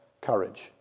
courage